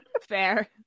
Fair